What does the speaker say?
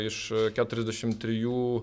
iš keturiasdešim trijų